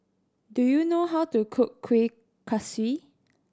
do you know how to cook Kueh Kaswi